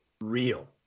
real